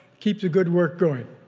keep the good work going.